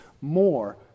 more